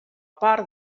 part